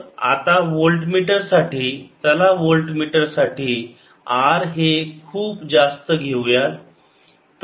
V1 6021R10 तर आता voltmeter साठी चला वोल्टमीटरसाठी R हे खूप जास्त घेऊयात